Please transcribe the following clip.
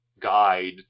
guide